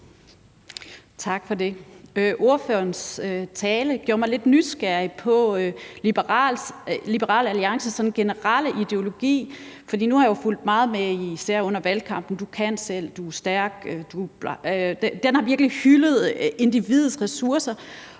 Tak for det. Ordførerens tale gjorde mig lidt nysgerrig på Liberal Alliances generelle ideologi. For nu har jeg jo fulgt meget med i især valgkampen om »Du kan selv« og »Du er stærk«. Den har virkelig hyldet individets ressourcer,